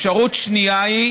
אפשרות שנייה היא